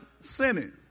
sinning